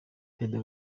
perezida